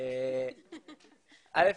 א.